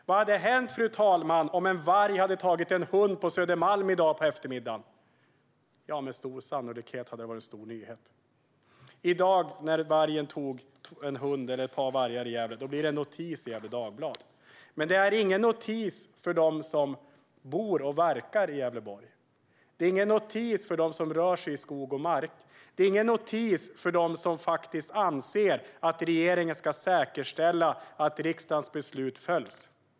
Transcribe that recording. Vad hade hänt, fru talman, om en varg hade tagit en hund på Södermalm i dag på eftermiddagen? Med stor sannolikhet hade det varit en stor nyhet. När en eller ett par vargar tog en hund i Gävle i dag blir det en notis i Gefle Dagblad. Men det är ingen notis för dem som bor och verkar i Gävleborg. Det är ingen notis för dem som rör sig i skog och mark. Det är ingen notis för dem som anser att regeringen ska säkerställa att riksdagens beslut följs.